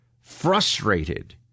frustrated